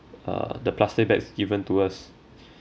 uh the plastic bags given to us